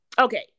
okay